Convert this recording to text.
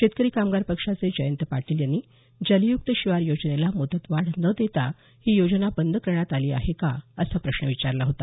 शेतकरी कामगार पक्षाचे जयंत पाटील यांनी जलयुक्त शिवार योजनेला मुदतवाढ न देता ही योजना बंद करण्यात आली आहे का असा प्रश्न विचारला होता